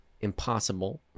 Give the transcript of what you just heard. impossible